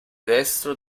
destro